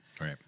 right